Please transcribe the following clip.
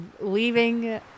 leaving